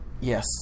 Yes